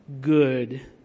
good